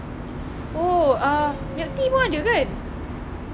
oh ah milk tea pun ada kan